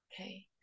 Okay